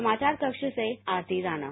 समाचार कक्ष से आरती राना